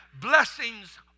blessings